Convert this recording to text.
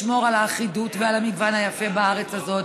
פחות חשוב לשמור על האחידות ועל המגוון היפה בארץ הזאת,